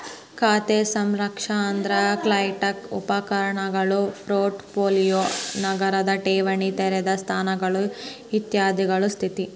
ಖಾತೆ ಸಾರಾಂಶ ಅಂದ್ರ ಕ್ಲೈಂಟ್ ನ ಉಪಕರಣಗಳು ಪೋರ್ಟ್ ಪೋಲಿಯೋ ನಗದ ಠೇವಣಿ ತೆರೆದ ಸ್ಥಾನಗಳು ಇತ್ಯಾದಿಗಳ ಸ್ಥಿತಿ